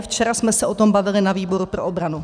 Včera jsme se o tom bavili na výboru pro obranu.